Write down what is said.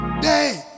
day